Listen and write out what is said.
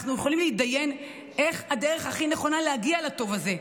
אנחנו יכולים להתדיין איך הדרך הכי נכונה להגיע לטוב הזה.